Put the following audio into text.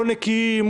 לא נקיים,